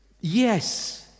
Yes